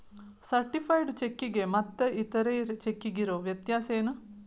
Certified ಚೆಕ್ಕಿಗೆ ಮತ್ತ್ ಇತರೆ ಚೆಕ್ಕಿಗಿರೊ ವ್ಯತ್ಯಸೇನು?